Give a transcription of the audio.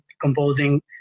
composing